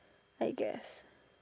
I guess